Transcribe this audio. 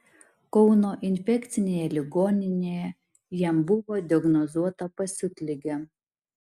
kauno infekcinėje ligoninėje jam buvo diagnozuota pasiutligė